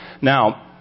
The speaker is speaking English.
Now